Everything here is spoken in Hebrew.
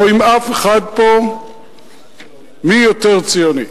לא עם אף אחד פה מי יותר ציוני.